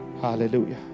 Hallelujah